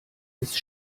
ist